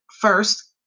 first